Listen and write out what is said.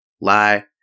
lie